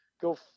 go